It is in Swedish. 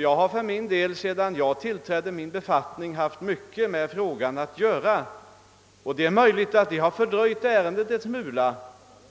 Jag har för min del, sedan jag tillträdde min befattning som jordbruksminister, haft mycket med frågan att göra, och det är möjligt att det har fördröjt ärendet en smula,